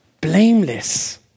blameless